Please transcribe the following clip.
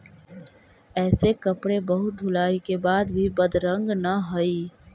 ऐसे कपड़े बहुत धुलाई के बाद भी बदरंग न हई